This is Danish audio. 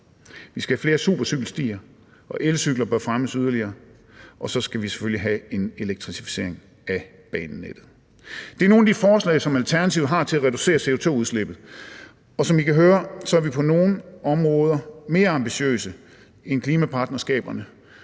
Vi skal have flere supercykelstier, og elcykler bør fremmes yderligere. Og så skal vi selvfølgelig have en elektrificering af banenettet. Det er nogle af de forslag, som Alternativet har til at reducere CO2-udslippet, og som I kan høre, er vi på nogle områder mere ambitiøse end klimapartnerskaberne,